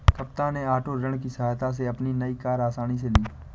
कविता ने ओटो ऋण की सहायता से अपनी नई कार आसानी से ली